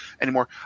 anymore